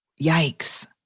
yikes